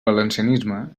valencianisme